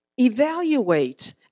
evaluate